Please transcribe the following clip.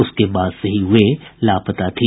उसके बाद से ही वह लापता थी